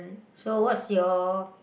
so what's your